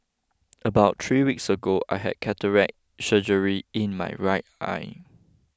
about three weeks ago I had cataract surgery in my right eye